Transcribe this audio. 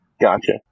Gotcha